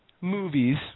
movies